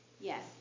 Yes